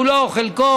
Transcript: כולו או חלקו,